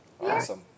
Awesome